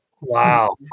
Wow